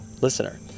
listener